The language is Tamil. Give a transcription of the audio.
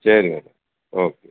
சரிங்க ஓகே